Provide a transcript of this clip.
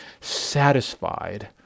satisfied